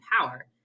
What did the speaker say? power